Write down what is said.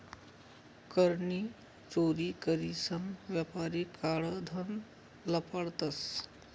कर नी चोरी करीसन यापारी काळं धन लपाडतंस